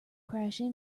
crashing